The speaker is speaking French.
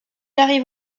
arrive